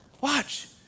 Watch